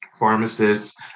pharmacists